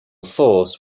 force